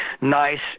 nice